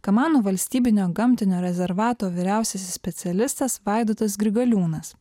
kamanų valstybinio gamtinio rezervato vyriausiasis specialistas vaidotas grigaliūnas